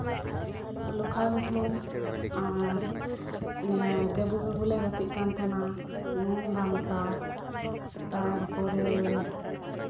ᱞᱚᱠᱷᱟ ᱜᱷᱩᱴᱤ ᱟᱨ ᱱᱤᱭᱟᱹ ᱜᱟᱹᱵᱩ ᱜᱟᱹᱵᱩ ᱞᱮ ᱜᱟᱛᱮᱜ ᱠᱟᱱ ᱛᱟᱦᱮᱱᱟ ᱱᱩᱱ ᱫᱷᱟᱢᱥᱟ ᱛᱟᱨᱯᱚᱨᱮ